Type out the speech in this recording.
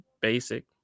basic